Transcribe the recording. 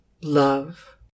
love